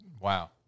Wow